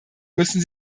müssen